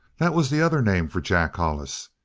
that was the other name for jack hollis.